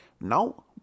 now